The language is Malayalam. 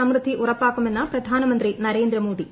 സമൃദ്ധി ഉറപ്പാക്കുമെന്ന് പ്രധാനമന്ത്രി നരേന്ദ്രമോദി